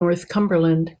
northumberland